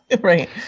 right